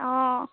অঁ